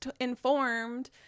informed